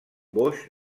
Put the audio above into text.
boix